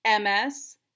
MS